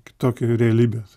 kitokią realybę